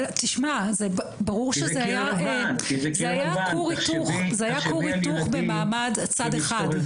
תשמע ברור שזה היה כור היתוך במעמד צד אחד.